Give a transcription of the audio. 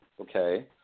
Okay